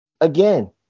again